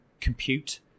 compute